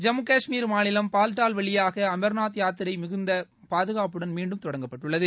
ஜம்மு கஷ்மீர் மாநிலம் பால்டல் வழியாக அமர்நாத் யாத்திரை மிகுந்த பாதுகாப்புடன் மீண்டும் தொடங்கப்பட்டுள்ளது